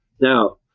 Now